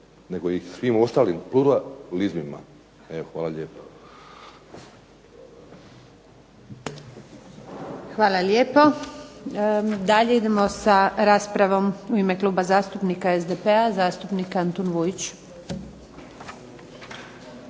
nego i svim ostalim pluralizmima. Evo, hvala lijepo. **Antunović, Željka (SDP)** Hvala lijepo. Dalje idemo sa raspravom. U ime Kluba zastupnika SDP-a zastupnik Antun Vujić.